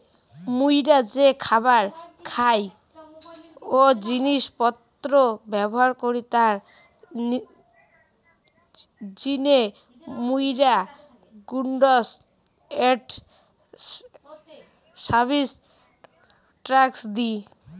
মুইরা যে খাবার খাই ও জিনিস পত্র ব্যবহার করি তার জিনে মুইরা goods and services tax the